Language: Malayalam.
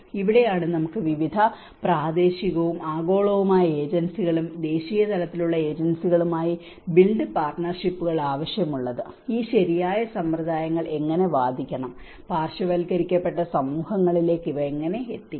ഇവിടെയാണ് നമുക്ക് വിവിധ പ്രാദേശികവും ആഗോളവുമായ ഏജൻസികളുമായും ദേശീയ തലത്തിലുള്ള ഏജൻസികളുമായും ബിൽഡ് പാർട്ട്ണർഷിപ്പുകൾ ആവശ്യമുള്ളത് ഈ ശരിയായ സമ്പ്രദായങ്ങൾ എങ്ങനെ വാദിക്കണം പാർശ്വവത്കരിക്കപ്പെട്ട സമൂഹങ്ങളിലേക്ക് ഇവ എങ്ങനെ എത്തിക്കാം